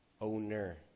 owner